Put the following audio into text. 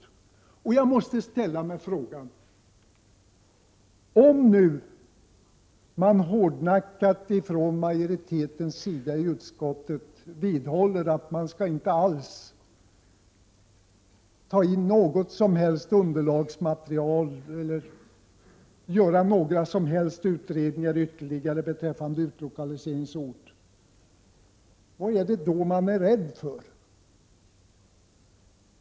åa ER ER RR Jag måste ställa frågan: Om majoriteten i utskottet nu hårdnackat vidhåller att man inte skall ta in något som helst underlag eller göra några som helst ytterligare utredningar beträffande utlokaliseringsort, vad är man då rädd för?